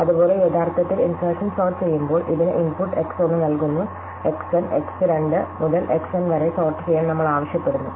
അതുപോലെ യഥാർത്ഥത്തിൽ insertion sort ചെയ്യുമ്പോൾ ഇതിന് ഇൻപുട്ട് X 1 നൽകുന്നു X n X 2 മുതൽ X n വരെ സോർട്ട് ചെയ്യാൻ നമ്മൾ ആവശ്യപ്പെടുന്നു